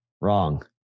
wrong